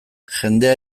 jendea